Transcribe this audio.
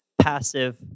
passive